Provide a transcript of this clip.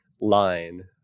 line